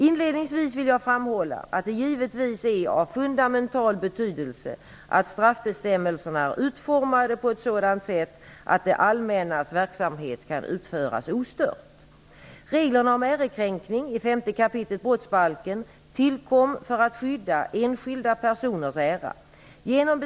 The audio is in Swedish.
Inledningsvis vill jag framhålla att det givetvis är av fundamental betydelse att straffbestämmelserna är utformade på ett sådant sätt att det allmännas verksamhet kan utföras ostört. Reglerna om ärekränkning i 5 kap. brottsbalken tillkom för att skydda enskilda personers ära.